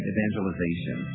Evangelization